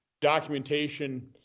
documentation